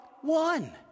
one